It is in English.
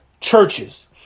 churches